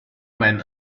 when